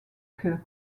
queues